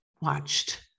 watched